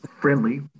friendly